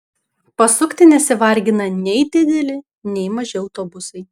pasukti nesivargina nei dideli nei maži autobusai